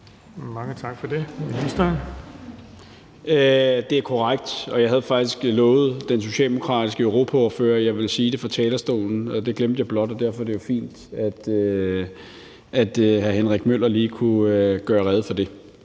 Hummelgaard): Det er korrekt. Jeg havde faktisk lovet den socialdemokratiske europaordfører, at jeg ville sige det fra talerstolen. Det glemte jeg blot, og derfor er det jo fint, at hr. Henrik Møller lige kunne gøre rede for det.